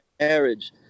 marriage